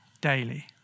daily